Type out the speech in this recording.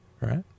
Right